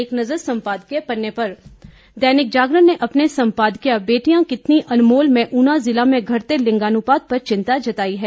एक नज़र संपादकीय पन्ने पर दैनिक जागरण ने अपने संपादकीय बेटियां कितनी अनमोल में ऊना जिले में घटते लिंगानुपात पर चिंता जताई है